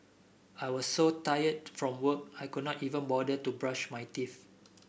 I was so tired from work I could not even bother to brush my teeth